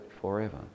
forever